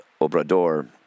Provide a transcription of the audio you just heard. Obrador